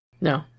No